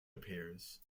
appears